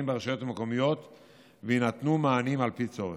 ברשויות המקומיות ויינתנו מענים על פי צורך.